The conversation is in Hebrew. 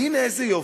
והנה, איזה יופי,